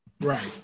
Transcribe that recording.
Right